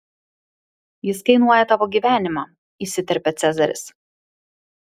jis kainuoja tavo gyvenimą įsiterpia cezaris